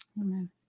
Amen